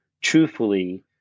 truthfully